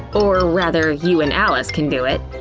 or rather, you and alice can do it.